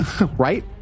Right